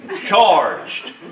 charged